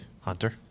Hunter